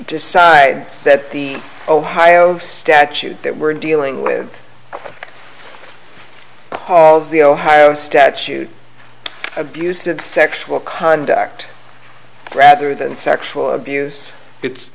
decides that the ohio statute that we're dealing with paul's the ohio statute abusive sexual contact rather than sexual abuse it's